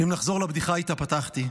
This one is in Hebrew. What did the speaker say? אם נחזור לבדיחה שאיתה פתחתי,